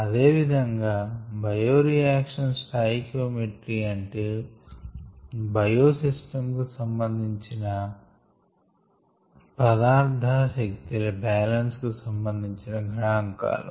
అదే విధంగా bio reaction stoichiometry అంటే బయో సిస్టమ్స్ కు సంభందించిన పదార్ధ శక్తి ల బ్యాలెన్స్ కు సంభందించిన గణాంకాలు